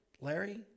Larry